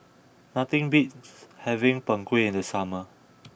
nothing beats having Png Kueh in the summer